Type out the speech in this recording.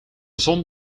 zon